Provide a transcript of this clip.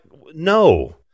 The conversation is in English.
no